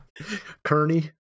Kearney